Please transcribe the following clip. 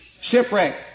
shipwreck